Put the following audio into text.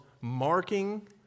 marking